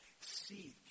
Seek